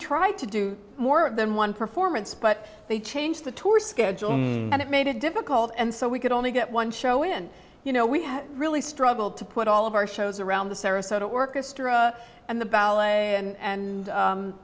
tried to do more than one performance but they changed the tour schedule and it made it difficult and so we could only get one show in you know we had really struggled to put all of our shows around the sarasota orchestra and the ballet and